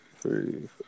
three